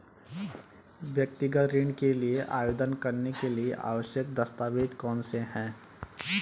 व्यक्तिगत ऋण के लिए आवेदन करने के लिए आवश्यक दस्तावेज़ कौनसे हैं?